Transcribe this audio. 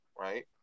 Right